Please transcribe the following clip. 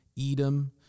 Edom